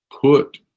put